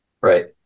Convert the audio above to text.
Right